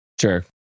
sure